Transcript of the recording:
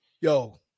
Yo